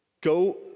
go